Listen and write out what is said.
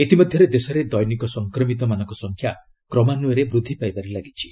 ଇତିମଧ୍ୟରେ ଦେଶରେ ଦେନିକ ସଂକ୍ରମିତମାନଙ୍କ ସଂଖ୍ୟା କ୍ରମାନ୍ୱୟରେ ବୃଦ୍ଧି ପାଇବାରେ ଲାଗିଛି